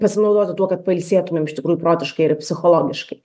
pasinaudoti tuo kad pailsėtumėm iš tikrųjų protiškai ir psichologiškai